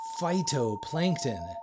phytoplankton